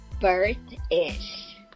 Birth-ish